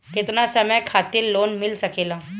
केतना समय खातिर लोन मिल सकेला?